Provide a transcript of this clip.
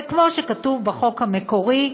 וכמו שכתוב בחוק המקורי,